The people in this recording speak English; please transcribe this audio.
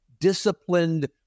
disciplined